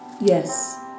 yes